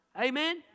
Amen